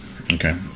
okay